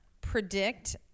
predict